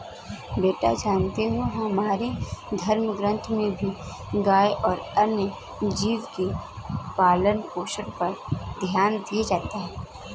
बेटा जानते हो हमारे धर्म ग्रंथों में भी गाय और अन्य जीव के पालन पोषण पर ध्यान दिया गया है